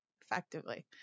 Effectively